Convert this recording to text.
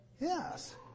yes